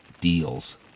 deals